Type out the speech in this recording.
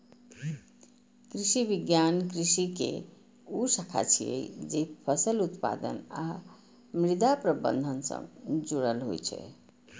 कृषि विज्ञान कृषि के ऊ शाखा छियै, जे फसल उत्पादन आ मृदा प्रबंधन सं जुड़ल होइ छै